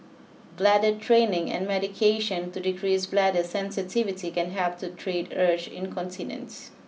bladder training and medication to decrease bladder sensitivity can help to treat urge incontinence